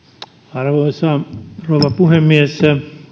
arvoisa rouva puhemies